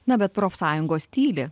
na bet profsąjungos tyli